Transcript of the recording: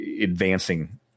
advancing